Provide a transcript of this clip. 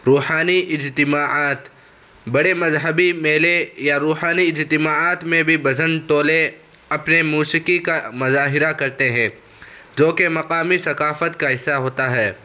روحانی اجتماعات بڑے مذہبی میلے یا روحانی اجتماعات میں بھی بھجن ٹولے اپنے موسیقی کا مظاہرہ کرتے ہیں جوکہ مقامی ثقافت کا حصہ ہوتا ہے